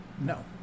No